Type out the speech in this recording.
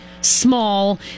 small